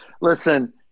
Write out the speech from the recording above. Listen